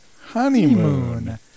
honeymoon